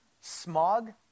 smog